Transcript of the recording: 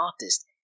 artist